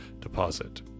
deposit